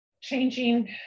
Changing